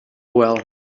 well